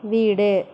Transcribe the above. வீடு